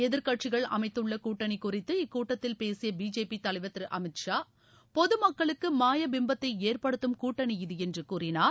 எதிர்க்கட்சிகள் அமைத்துள்ள கூட்டணி குறித்து இக்கூட்டத்தில் பேசிய பிஜேபி தலைவர் திரு அமித் ஷா பொதுமக்களுக்கு மாய பிம்பத்தை ஏற்படுத்தும் கூட்டணி இது என்று கூறினார்